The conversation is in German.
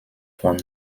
von